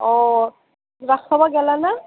অঁ ৰাস চাব গেলা না